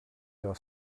your